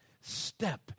step